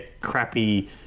crappy